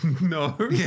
No